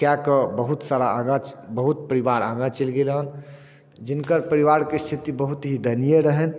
कए कऽ बहुत सारा आगाँ बहुत परिवार आगाँ चलि गेल हन जिनकर परिवारके स्थिति बहुत ही दयनीय रहनि